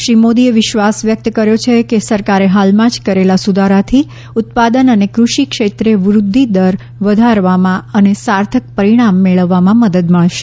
શ્રી મોદીએ વિશ્વાસ વ્યક્ત કર્યો છે કે સરકારે હાલમાં જ કરેલા સુધારાથી ઉત્પાદન અને કૃષિ ક્ષેત્રે વૃધ્યિ દર વધારવામાં અને સાર્થક પરિણામ મેળવવામાં મદદ મળશે